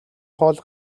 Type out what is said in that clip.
хол